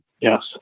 Yes